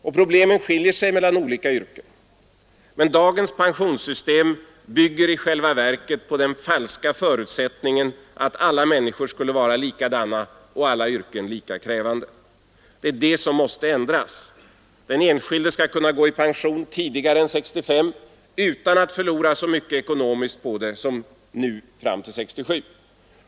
Och problemen skiljer sig mellan olika yrken. Men dagens pensionssystem bygger i själva verket på den falska förutsättningen att alla människor skulle vara likadana och alla yrken lika krävande. Det är det som måste ändras. Den enskilde skall kunna gå i pension tidigare än vid 65 år utan att förlora så mycket ekonomiskt på det som han nu gör fram till 67 år.